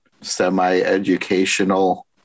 semi-educational